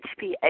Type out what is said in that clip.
HPA